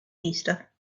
easter